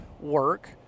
work